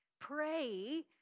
pray